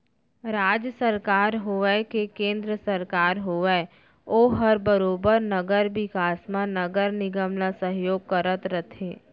राज सरकार होवय के केन्द्र सरकार होवय ओहर बरोबर नगर बिकास म नगर निगम ल सहयोग करत रथे